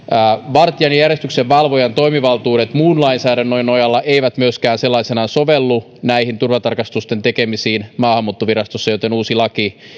vartijan ja järjestyksenvalvojan toimivaltuudet muun lainsäädännön nojalla eivät myöskään sellaisenaan sovellu näihin turvatarkastusten tekemisiin maahanmuuttovirastossa joten uusi laki